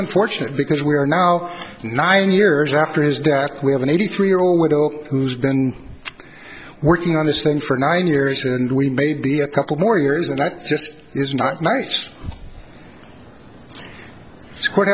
unfortunate because we are now nine years after his death we have an eighty three year old widow who's been working on this thing for nine years and we may be a couple more years and that just is not nice